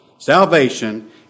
Salvation